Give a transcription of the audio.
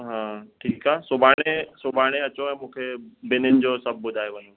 हा ठीकु आहे सुभाणे सुभाणे अचो ऐं मूंखे ॿिनिनि जो सभु ॿुधाइ वञो